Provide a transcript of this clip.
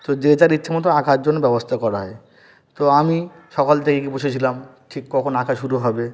তো যে যার ইচ্ছা মতো আঁকার জন্য ব্যবস্থা করা হয় তো আমি সকাল থেকে গিয়ে বসেছিলাম ঠিক কখন আঁকা শুরু হবে